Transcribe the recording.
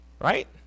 right